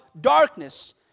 darkness